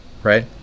Right